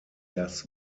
das